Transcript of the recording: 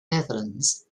netherlands